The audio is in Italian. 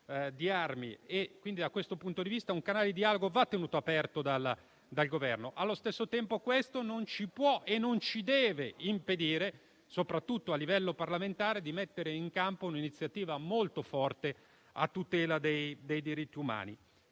e armi. Da questo punto di vista un canale di dialogo va tenuto aperto dal Governo. Allo stesso tempo questo non ci può e non ci deve impedire, soprattutto a livello parlamentare, di mettere in campo un'iniziativa molto forte a tutela dei diritti umani.